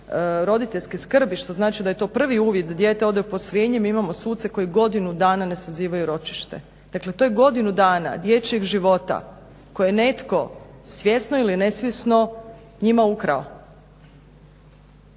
roditeljske skrbi što znači da je to prvi uvid da dijete u posvojenje. Mi imamo suce koji godinu dana ne sazivaju ročište. Dakle, to je godinu dana dječjeg života koje je netko svjesno ili nesvjesno njima ukrao.